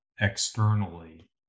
externally